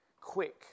quick